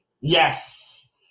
Yes